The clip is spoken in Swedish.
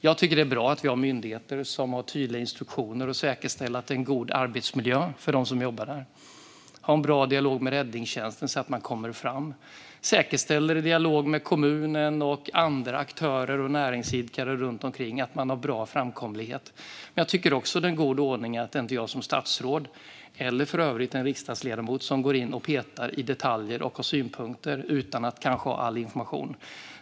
Jag tycker att det är bra att vi har myndigheter som har tydliga instruktioner att säkerställa en god arbetsmiljö för dem som jobbar där, att ha en bra dialog med räddningstjänsten så att man kommer fram och att i dialog med kommunen och andra aktörer och näringsidkare runt omkring säkerställer en bra framkomlighet. Men jag tycker också att det är en god ordning att inte jag som statsråd, eller för övrigt en riksdagsledamot, går in och petar i detaljer och har synpunkter utan att kanske ha all information.